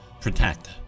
protect